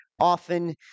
often